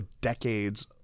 decades